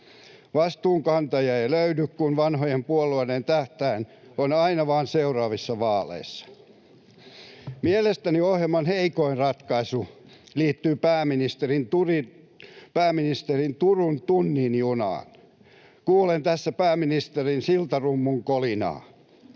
Vastuunkantajia ei löydy, kun vanhojen puolueiden tähtäin on aina vain seuraavissa vaaleissa. Mielestäni ohjelman heikoin ratkaisu liittyy pääministerin Turun tunnin junaan. Kuulen tässä pääministerin siltarummun kolinaa.